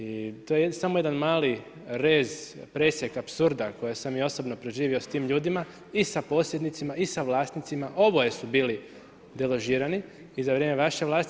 I to je samo jedan mali rez, presjek apsurda koje sam ja osobno proživio sa tim ljudima i sa posjednicima i sa vlasnicima, oboje su bili deložirani i za vrijeme vaše vlasti.